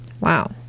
Wow